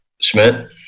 Schmidt